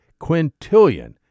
quintillion